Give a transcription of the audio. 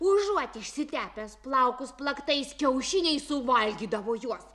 užuot išsitepęs plaukus plaktais kiaušiniais suvalgydavo juos